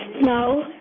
No